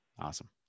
Awesome